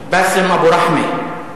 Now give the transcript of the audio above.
באסם אבו רחמה,